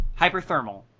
Hyperthermal